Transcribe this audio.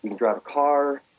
you can drive a car.